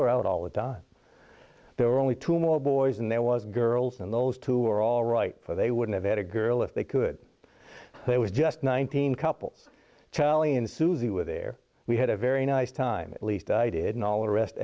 were out all the dime there were only two more boys and there was girls and those two are all right for they would have had a girl if they could they were just nineteen couples charlie and susie were there we had a very nice time at least i did an all or rest